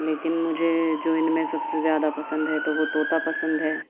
لیکن مجھے جو ان میں سب سے زیادہ پسند ہے تو وہ طوطا پسند ہے